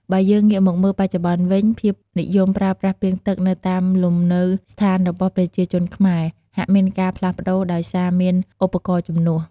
បើយើងងាកមកមើល បច្ចុប្បន្នវិញភាពនិយមប្រើប្រាស់ពាងទឹកនៅតាមលំនៅដ្ឋានរបស់ប្រជាជនខ្មែរ ហាក់មានការផ្លាស់ប្ដូរដោយសារមានឧបករណ៍ជំនួស។